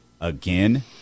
again